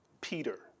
Peter